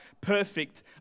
perfect